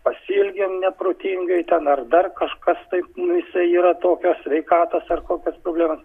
pasielgėm neprotingai ten ar dar kažkas tai nu jisai yra tokios sveikatos ar kokios problemos